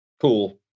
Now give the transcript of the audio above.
cool